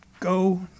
Go